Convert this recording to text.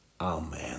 Amen